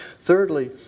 Thirdly